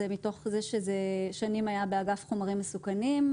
זה מתוך זה ששנים הנושא היה באגף לחומרים מסוכנים,